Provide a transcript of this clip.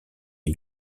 une